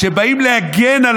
כשבאים להגן על